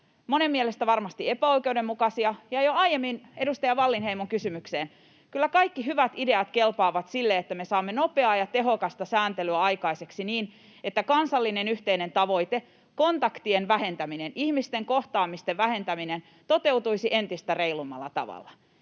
monen mielestä varmasti epäoikeudenmukaisia. Ja jo aiemmin olleeseen edustaja Wallinheimon kysymykseen: Kyllä kaikki hyvät ideat kelpaavat siihen, että me saamme nopeaa ja tehokasta sääntelyä aikaiseksi niin, että kansallinen yhteinen tavoite, kontaktien vähentäminen, ihmisten kohtaamisten vähentäminen, toteutuisi entistä reilummalla tavalla.